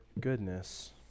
goodness